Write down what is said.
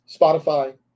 Spotify